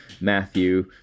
Matthew